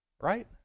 right